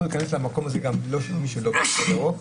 להיכנס למקום הזה גם מי שאין לו תו ירוק.